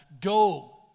Go